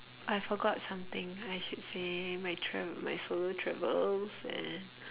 I forgot something I should say my tra~ my solo travels and